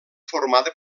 formada